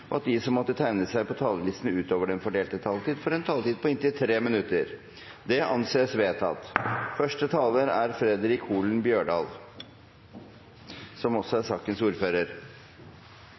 og at de som måtte tegne seg på talerlisten utover den fordelte taletid, får en taletid på inntil 3 minutter. – Det anses vedtatt. Verden er blitt mindre. Å frakte varer er blitt enklere og billigere. Dessverre inngår også